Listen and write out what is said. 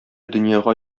дөньяга